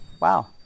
wow